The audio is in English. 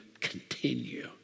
continue